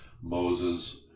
Moses